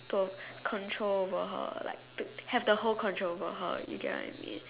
to control over her like to have the whole control over her you get what I mean